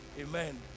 Amen